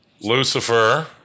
Lucifer